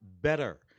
better